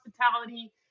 hospitality